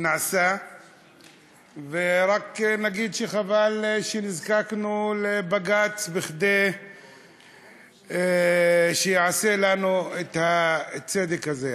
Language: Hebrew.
נעשה ורק נגיד שחבל שנזקקנו לבג"ץ כדי שיעשה לנו את הצדק הזה.